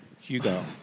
Hugo